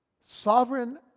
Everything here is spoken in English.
sovereign